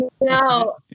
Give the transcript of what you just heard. No